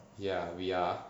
ya we are